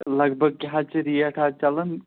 لَگ بَگ کیٛاہ حظ چھِ ریٹ آز چَلان